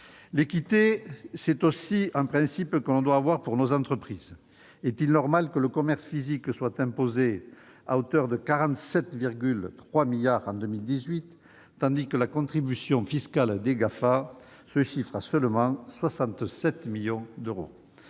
L'équité est aussi un principe qui doit prévaloir à l'égard de nos entreprises. Est-il normal que le commerce physique ait été imposé à hauteur de 47,3 milliards d'euros en 2018, tandis que la contribution fiscale des GAFA s'établit à seulement 67 millions d'euros ?